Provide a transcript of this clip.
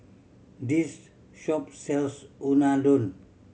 this shop sells Unadon